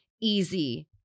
easy